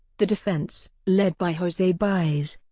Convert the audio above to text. the defense, led by jose baez,